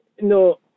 no